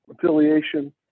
affiliation